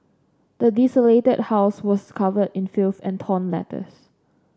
the desolated house was covered in filth and torn letters